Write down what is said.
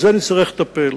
בזה נצטרך לטפל.